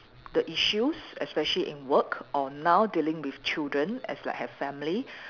the issues especially in work or now dealing with children as like have family